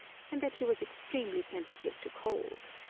and that she was extremely sensitive to cold.